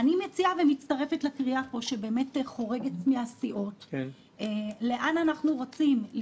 אני מציעה ומצטרפת לקריאה פה שבאמת חורגת מהסיעות לאן אנחנו רצים?